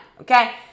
okay